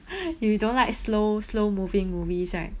you don't like slow slow-moving movies right